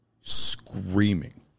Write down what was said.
screaming